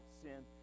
sin